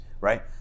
right